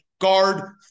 Guard